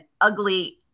ugly